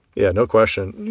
yeah, no question.